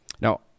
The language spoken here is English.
Now